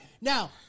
now